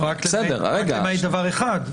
רק למעט דבר אחד.